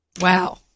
Wow